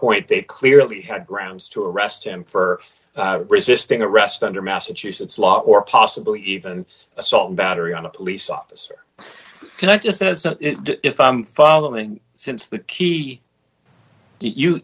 point they clearly had grounds to arrest him for resisting arrest under massachusetts law or possibly even assault battery on a police officer can i just it's not if i'm following since the key you